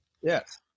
Yes